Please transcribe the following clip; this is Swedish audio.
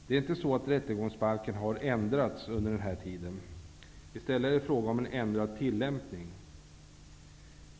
Det är inte så att rättegångsbalken har ändrats under den här tiden. I stället är det fråga om en ändrad tillämpning.